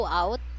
out